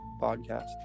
podcast